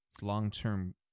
long-term